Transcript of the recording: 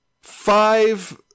five